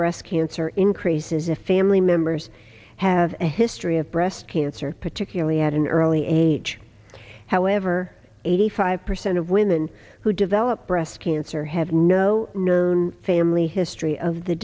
breast cancer increases if family members have a history of breast cancer particularly at an early age however eighty five percent of women who develop breast cancer have no known family history of the